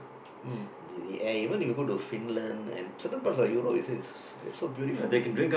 mm the the air even if you go to Finland certain parts of Europe it's it's so beautiful